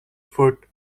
foot